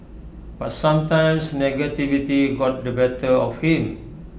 but sometimes negativity got the better of him